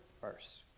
verse